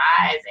eyes